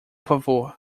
favor